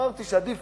אמרתי שעדיף